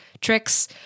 tricks